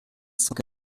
cent